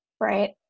right